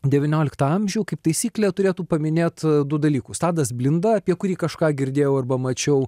devynioliktą amžių kaip taisyklė turėtų paminėt du dalykus tadas blinda apie kurį kažką girdėjau arba mačiau